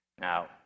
Now